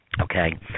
Okay